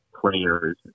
players